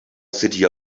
city